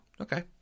Okay